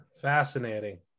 fascinating